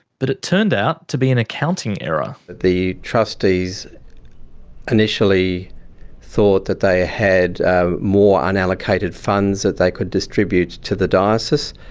but it turned out to be an accounting error. the trustees initially thought that they had ah more unallocated funds they could distribute to the diocese.